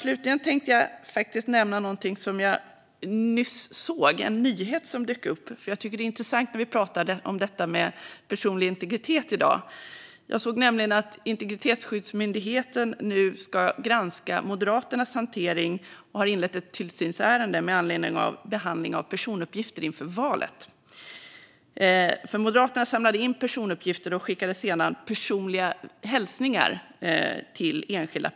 Slutligen tänkte jag nämna en nyhet som nyss dök upp. Jag tycker att den är intressant när vi i dag pratar om personlig integritet. Jag såg nämligen att Integritetsskyddsmyndigheten nu ska granska Moderaternas behandling av personuppgifter inför valet och har inlett ett tillsynsärende med anledning av detta. Moderaterna samlade in personuppgifter och skickade sedan personliga hälsningar till enskilda.